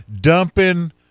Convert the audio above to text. dumping